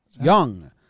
Young